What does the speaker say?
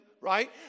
right